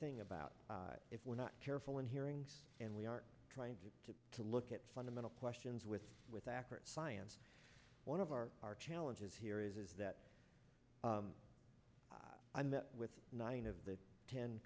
thing about if we're not careful in hearings and we are trying to to to look at fundamental questions with with accurate science one of our challenges here is is that i met with nine of the ten